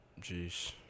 Jeez